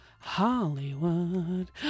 Hollywood